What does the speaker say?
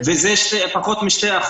וזה פחות מ-2%,